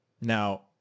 Now